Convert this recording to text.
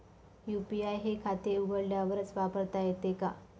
UPI हे खाते उघडल्यावरच वापरता येते का?